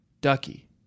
Ducky